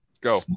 Go